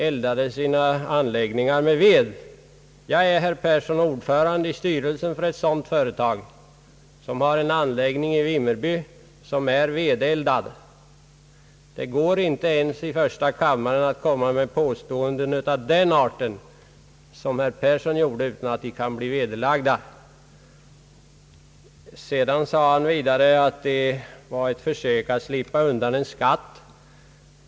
Jag är, herr Persson, ordförande i styrelsen för ett sådant företag, som har sin förläggning i Vimmerby och där man eldar med ved. Inte ens i första kammaren går det att komma med påståenden av den art som herr Persson gjorde utan att de kan vederläggas. Han menade vidare att det här var ett försök från en grupp att slippa ifrån en skatt.